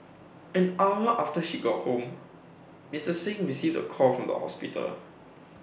an hour after she got home Mister Singh received the call from the hospital